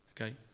Okay